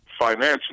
financially